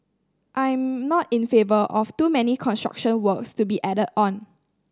I'm not in favour of too many major construction works to be added on